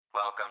Welcome